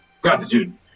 Gratitude